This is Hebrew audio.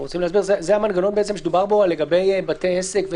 זה המנגנון שדובר בו לגבי בתי עסק ,